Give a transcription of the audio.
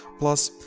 plus,